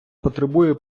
потребує